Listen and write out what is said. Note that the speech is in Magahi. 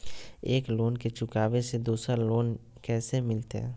एक लोन के चुकाबे ले दोसर लोन कैसे मिलते?